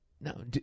No